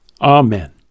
Amen